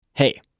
Hey